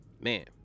man